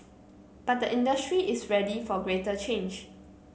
but the industry is ready for greater change